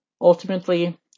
Ultimately